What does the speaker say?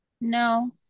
No